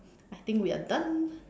I think we are done